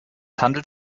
handelt